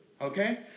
Okay